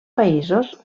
països